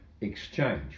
exchange